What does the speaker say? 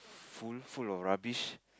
full full of rubbish